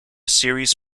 serious